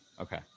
okay